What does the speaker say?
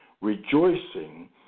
rejoicing